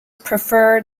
prefer